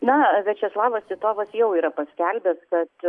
na viačeslavas titovas jau yra paskelbęs kad